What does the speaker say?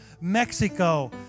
Mexico